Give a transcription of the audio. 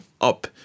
up